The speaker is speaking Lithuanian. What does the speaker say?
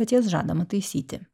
bet jas žadama taisyti